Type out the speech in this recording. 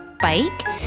bike